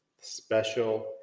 special